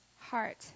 heart